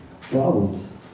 problems